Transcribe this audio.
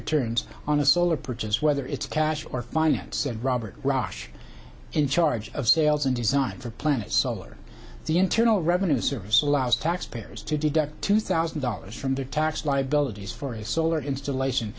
returns on a solar purchase whether it's cash or finance and robert rush in charge of sales designed for planet solar the internal revenue service allows taxpayers to deduct two thousand dollars from their tax liabilities for a solar installation